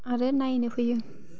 आरो नायनो फैयो